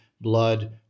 blood